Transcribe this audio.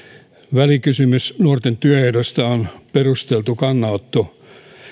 välikysymys nuorten työehdoista on perusteltu kannanotto